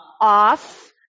off